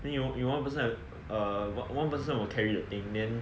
then you one person err one person will have to carry the thing then